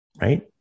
Right